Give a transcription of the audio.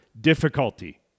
difficulty